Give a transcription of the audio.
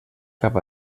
cap